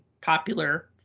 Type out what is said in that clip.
popular